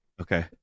Okay